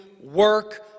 work